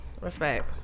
Respect